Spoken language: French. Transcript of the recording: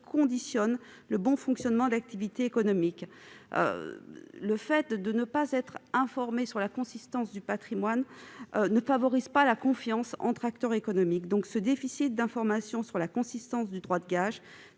transparence qui conditionnent l'activité économique. Le fait de ne pas être informé sur le patrimoine ne favorise pas la confiance entre les acteurs économiques. Le déficit d'informations sur la consistance du droit de gage